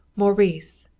maurice,